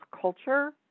culture